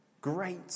Great